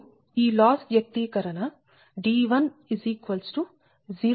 ఇప్పుడు ఈ లాస్ వ్యక్తీకరణ d10